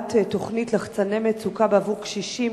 הפעלת תוכנית "לחצני מצוקה" בעבור קשישים